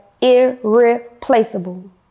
irreplaceable